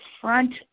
front